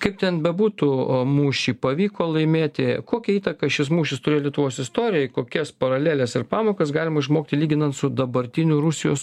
kaip ten bebūtų mūšį pavyko laimėti kokią įtaką šis mūšis turėjo lietuvos istorijai kokias paraleles ir pamokas galima išmokti lyginant su dabartiniu rusijos